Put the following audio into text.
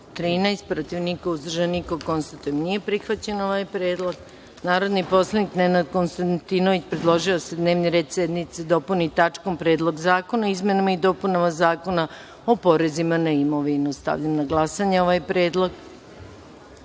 13, protiv – niko, uzdržan – niko. Konstatujem da nije prihvaćen ovaj predlog. Narodni poslanik Nenad Konstantinović predložio da se dnevni red sednice dopuni tačkom – Predlog zakona o izmenama i dopunama Zakona o porezima na imovinu. Stavljam na glasanje ovaj